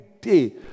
day